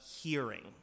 hearing